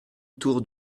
tour